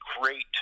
great